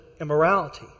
immorality